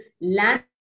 land